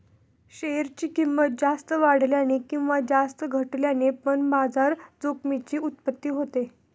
share ची किंमत जास्त वाढल्याने किंवा जास्त घटल्याने पण बाजार जोखमीची उत्पत्ती होते